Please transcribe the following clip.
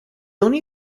only